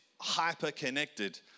hyper-connected